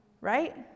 Right